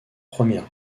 première